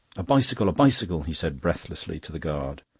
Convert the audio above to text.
a bicycle, a bicycle! he said breathlessly to the guard.